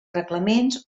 reglaments